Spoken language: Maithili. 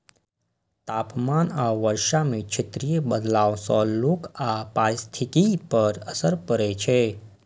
तापमान आ वर्षा मे क्षेत्रीय बदलाव सं लोक आ पारिस्थितिकी पर असर पड़ै छै